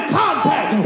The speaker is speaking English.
contact